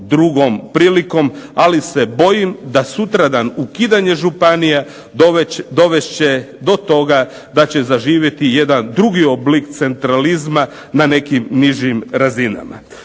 drugom prilikom. Ali se bojim da sutradan ukidanje županija dovest će do toga da će zaživjeti jedan drugi oblik centralizma na nekim nižim razinama.